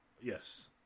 yes